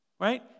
Right